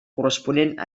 corresponent